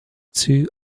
two